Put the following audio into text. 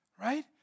Right